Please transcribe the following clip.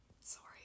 Sorry